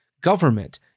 government